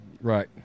Right